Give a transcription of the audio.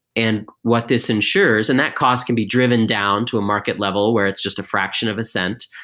and what this ensures and that cost can be driven down to a market level where it's just a fraction of a cent,